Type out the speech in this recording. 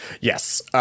Yes